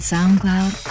SoundCloud